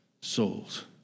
souls